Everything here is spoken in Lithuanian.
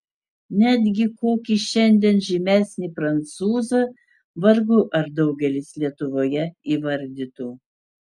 netgi kokį šiandien žymesnį prancūzą vargu ar daugelis lietuvoje įvardytų